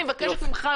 אני מבקשת ממך,